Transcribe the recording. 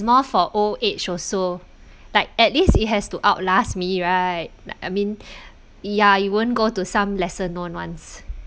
more for old age also like at least it has to out last me right I mean ya you won't go to some lesser known ones